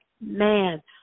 man